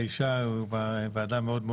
תוך חמש דקות לא הייתה ועדה,